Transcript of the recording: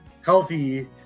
healthy